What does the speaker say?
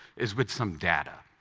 is with some data.